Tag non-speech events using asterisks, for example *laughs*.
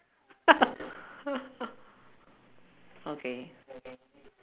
*laughs* okay